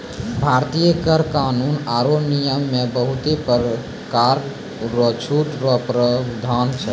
भारतीय कर कानून आरो नियम मे बहुते परकार रो छूट रो प्रावधान छै